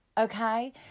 okay